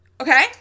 Okay